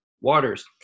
waters